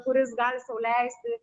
kuris gali sau leisti